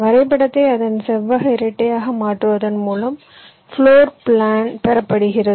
வரைபடத்தை அதன் செவ்வக இரட்டையாக மாற்றுவதன் மூலம் பிளோர் பிளான் பெறப்படுகிறது